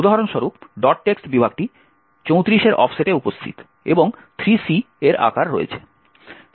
উদাহরণস্বরূপ text বিভাগটি 34 এর অফসেটে উপস্থিত এবং 3C এর আকার রয়েছে